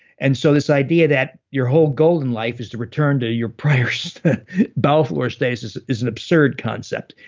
and so this idea that your whole golden life is to return to your prior so bowel flora stasis is an absurd concept.